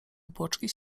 obłoczki